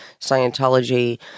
Scientology